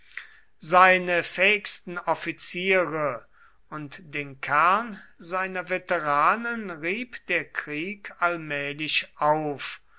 seine fähigsten offiziere und den kern seiner veteranen rieb der krieg allmählich auf